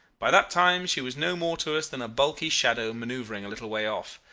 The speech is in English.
by that time she was no more to us than a bulky shadow maneuvering a little way off.